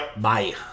bye